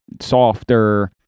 softer